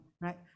right